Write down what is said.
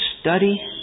study